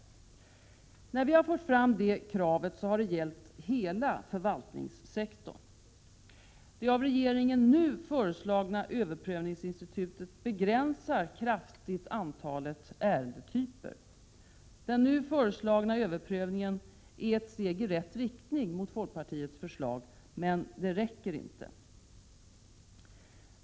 När vi har fört fram det kravet har det gällt hela förvaltningssektorn. Det av regeringen nu föreslagna överprövningsinstitutet begränsar kraftigt antalet ärendetyper. Den nu föreslagna överprövningen är ett steg i rätt riktning mot folkpartiets förslag, men det räcker inte.